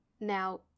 Now